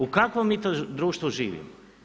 U kakvom mi to društvu živimo?